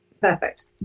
perfect